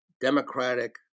democratic